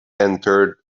entered